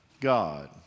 God